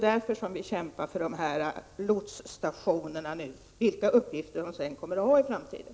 Därför kämpar vi för lotsstationerna, vilka uppgifter de än kommer att ha i framtiden.